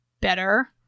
better